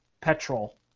petrol